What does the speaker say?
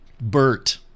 Bert